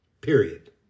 Period